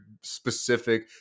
specific